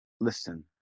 listen